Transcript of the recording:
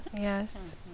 Yes